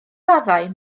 raddau